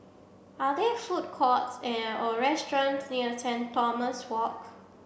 are there food courts and or restaurants near St Thomas Walk